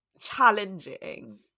challenging